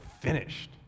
finished